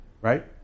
right